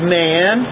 man